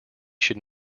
should